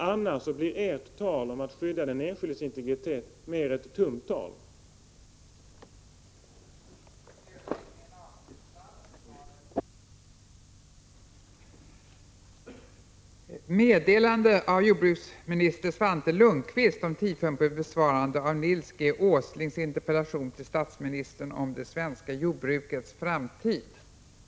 Annars blir ert tal om att skydda den enskildes integritet mest ett tal med tunt innehåll.